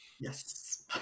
yes